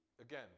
again